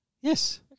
Yes